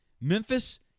Memphis